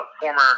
former